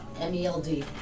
M-E-L-D